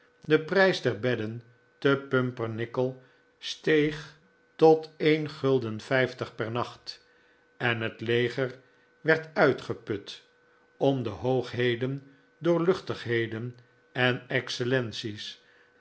de prijs der bedden te pumpernickel steeg tot een gulden vijftig per nacht en het leger werd uitgeput om de hoogheden doorluchtigheden en excellences